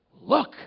Look